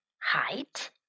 height